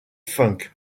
funk